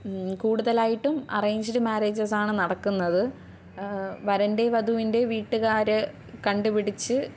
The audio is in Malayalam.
കൂടുതലായിട്ടും അറേഞ്ച്ട് മാര്യേജസ്സാണ് നടക്കുന്നത് വരൻ്റെ വധുവിൻ്റെ വീട്ടുകാര് കണ്ടുപിടിച്ച്